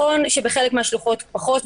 שבחלק מהשלוחות הוא פחות,